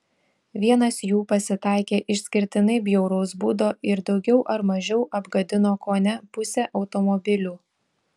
vienas jų pasitaikė išskirtinai bjauraus būdo ir daugiau ar mažiau apgadino kone pusę automobilių